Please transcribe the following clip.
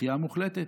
דחייה מוחלטת.